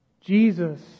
Jesus